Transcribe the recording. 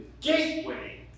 gateway